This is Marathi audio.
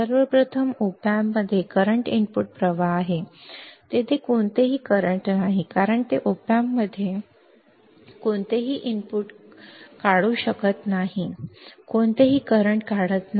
सर्वप्रथम op amp मध्ये वर्तमान इनपुट प्रवाह आहे तेथे कोणतेही वर्तमान नाही कारण ते op amp मध्ये कोणतेही वर्तमान इनपुट काढू शकत नाही कोणतेही वर्तमान काढत नाही